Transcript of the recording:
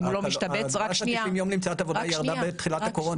אם הוא לא משתבץ --- היא ירדה בעת תחילת הקורונה.